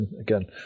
again